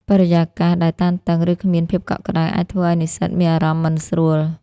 បរិយាកាសដែលតានតឹង ឬគ្មានភាពកក់ក្តៅអាចធ្វើឱ្យនិស្សិតមានអារម្មណ៍មិនស្រួល។